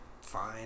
fine